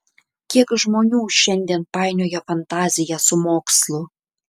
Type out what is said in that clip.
kiek žmonių šiandien painioja fantaziją su mokslu